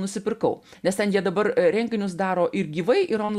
nusipirkau nes ten jie dabar renginius daro ir gyvai ir on